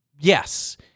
Yes